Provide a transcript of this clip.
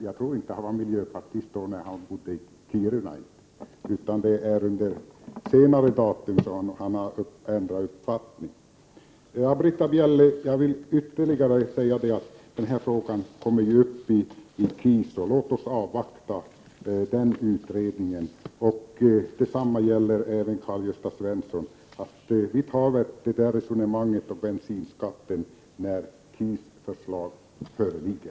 Jag tror inte att han var miljöpartist när han bodde i Kiruna, utan det är vid senare datum som han har ändrat uppfattning. Till Britta Bjelle ville jag ytterligare säga att denna fråga kommer uppi KIS, så låt oss avvakta den utredningen. Detsamma vill jag säga till Karl-Gösta Svenson. Vi tar resonemanget om bensinskatten när förslaget från KIS föreligger.